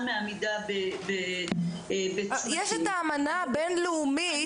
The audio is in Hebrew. מעמידה בצמתים --- יש את האמנה הבין-לאומית.